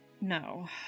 No